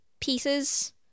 pieces